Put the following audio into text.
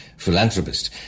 Philanthropist